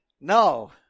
No